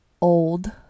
old